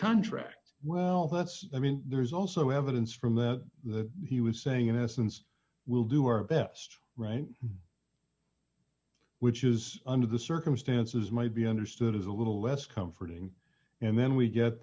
contract well that's i mean there's also evidence from that that he was saying in essence we'll do our best right which is under the circumstances might be understood as a little less comforting and then we get